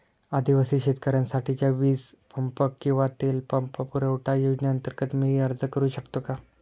आदिवासी शेतकऱ्यांसाठीच्या वीज पंप किंवा तेल पंप पुरवठा योजनेअंतर्गत मी अर्ज करू शकतो का?